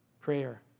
prayer